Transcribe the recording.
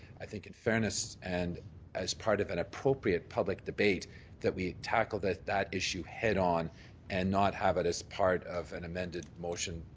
i think, in fairness, and as part of an appropriate public debate that we tackled that that issue head-on and not have it as part of an amended motion,